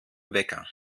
wecker